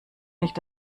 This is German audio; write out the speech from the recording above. nicht